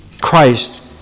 Christ